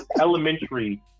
elementary